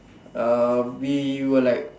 uh we were like